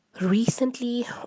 recently